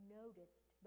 noticed